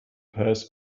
path